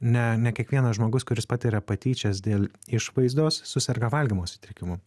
ne ne kiekvienas žmogus kuris patiria patyčias dėl išvaizdos suserga valgymo sutrikimu